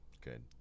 Good